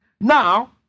Now